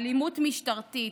אלימות משטרתית,